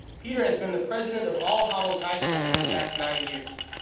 peter has been the president of all hallows high school for the past nine years.